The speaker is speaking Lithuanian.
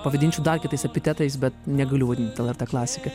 pavadinčiau dar kitais epitetais bet negaliu vadint lrt klasikai